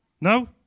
No